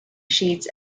sheets